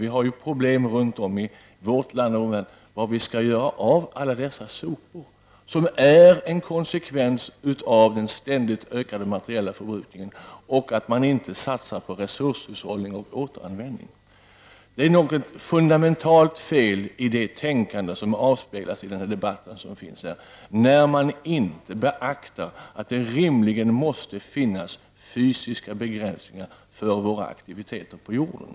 Vi har runt om i vårt land problem med vad vi skall göra av alla dessa sopor, som är en konsekvens av den ständigt ökade materiella förbrukningen och av att man inte satsar på resurshushållning och återanvändning. Det är något fundamentalt fel i det tänkande som avspeglas i den här debatten, när man inte beaktar att det rimligen måste finnas fysiska begränsningar för våra aktiviteter på jorden.